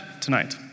tonight